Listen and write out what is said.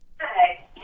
Hi